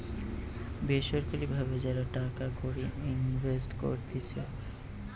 বেসরকারি ভাবে যারা টাকা কড়ি ইনভেস্ট করতিছে